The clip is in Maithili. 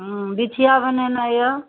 ह्म्म बिछिआ बनेनाइ यए